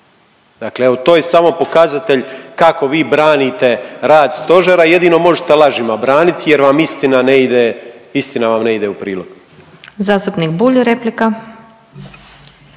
Dakle evo to je samo pokazatelj kako vi branite rad stožera. Jedino možete lažima branit jer vam istina ne ide, istina vam ne ide